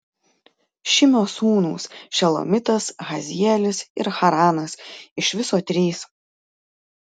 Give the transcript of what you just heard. šimio sūnūs šelomitas hazielis ir haranas iš viso trys